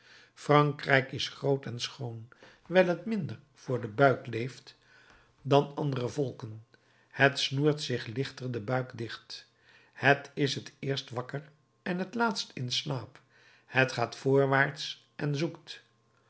frankrijk is groot en schoon wijl het minder voor den buik leeft dan andere volken het snoert zich lichter den buik dicht het is het eerst wakker en het laatst in slaap het gaat voorwaarts en zoekt